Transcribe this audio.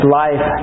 life